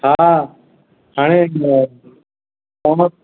हा हाणे